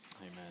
Amen